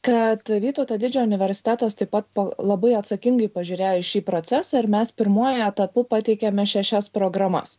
kad vytauto didžiojo universitetas taip pat po labai atsakingai pažiūrėjo į šį procesą ir mes pirmuoju etapu pateikėme šešias programas